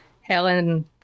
Helen